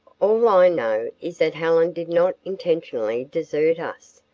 all i know is that helen did not intentionally desert us.